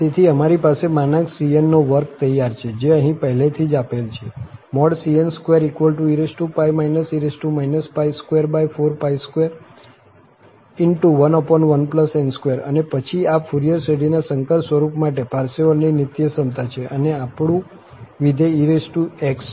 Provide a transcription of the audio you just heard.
તેથી અમારી પાસે માનાંક cn નો વર્ગ તૈયાર છે જે અહીં પહેલેથી જ આપેલ છે cn2e e 24211n2 અને પછી આ ફુરિયર શ્રેઢીના સંકર સ્વરૂપ માટે પારસેવલની નીત્યસમતા છે અને આપણું વિધેય ex છે